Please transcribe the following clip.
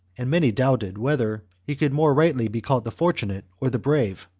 and many doubted whether he could more rightly be called the fortunate or the brave.